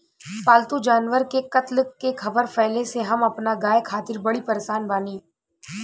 पाल्तु जानवर के कत्ल के ख़बर फैले से हम अपना गाय खातिर बड़ी परेशान बानी